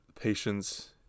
patience